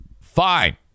fine